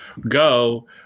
go